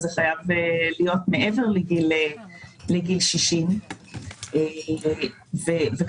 אז זה חייב להיות מעבר לגיל 60. כל